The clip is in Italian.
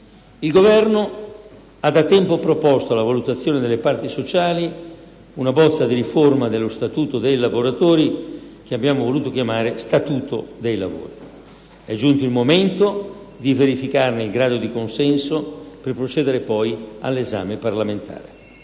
Il Governo ha da tempo proposto alla valutazione delle parti sociali una bozza di riforma dello Statuto dei lavoratori che abbiamo voluto chiamare Statuto dei lavori. È giunto il momento di verificarne il grado di consenso, per procedere all'esame parlamentare.